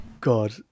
God